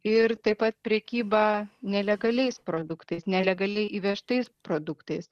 ir taip pat prekyba nelegaliais produktais nelegaliai įvežtais produktais